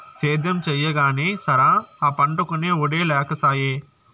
సేద్యం చెయ్యగానే సరా, ఆ పంటకొనే ఒడే లేకసాయే